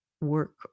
work